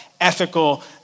ethical